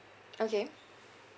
okay